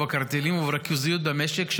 בקרטלים ובריכוזיות במשק,